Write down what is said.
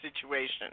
situation